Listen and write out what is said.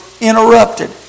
interrupted